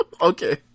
Okay